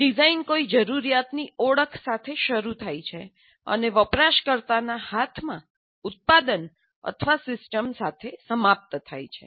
design કોઈ જરૂરિયાતની ઓળખ સાથે શરૂ થાય છે અને વપરાશકર્તાના હાથમાં ઉત્પાદન અથવા સિસ્ટમ સાથે સમાપ્ત થાય છે